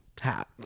hat